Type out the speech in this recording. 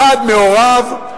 אחד מהוריו,